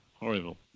Horrible